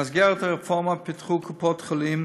במסגרת הרפורמה פיתחו קופות-החולים